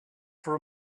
for